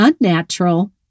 unnatural